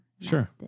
Sure